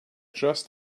just